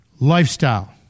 lifestyle